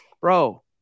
Bro